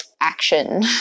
action